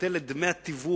לבטל את דמי התיווך